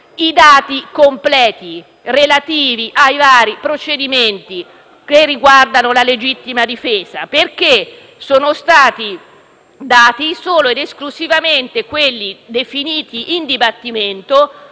i dati completi relativi ai vari procedimenti che riguardano la legittima difesa, perché sono stati forniti solo ed esclusivamente quelli definiti in dibattimento